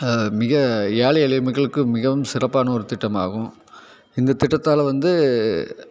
மிக ஏழை எளிய மக்களுக்கு மிகவும் சிறப்பான ஒரு திட்டமாககும் இந்த திட்டத்தால் வந்து